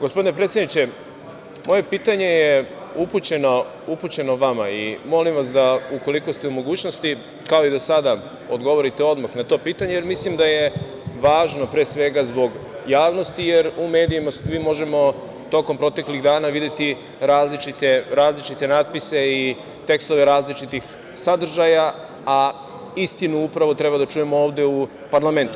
Gospodine predsedniče, moje pitanje je upućeno vama i molim vas da ukoliko ste u mogućnosti, kao i do sada odgovorite odmah na to pitanje, jer mislim da je važno, pre svega, zbog javnosti, jer u medijima svi možemo tokom proteklih dana videti različite natpise i tekstove različitih sadržaja, a istinu, upravo treba da čujemo ovde u parlamentu.